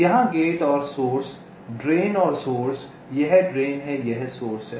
यहां गेट और source drain और सोर्स यह ड्रेन है यह सोर्स है